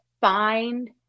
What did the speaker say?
find